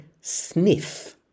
sniff